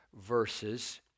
verses